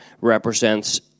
represents